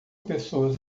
pessoas